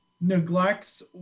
neglects